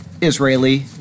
Israeli